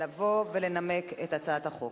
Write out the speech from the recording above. לבוא ולנמק את הצעת החוק.